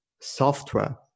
software